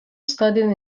studied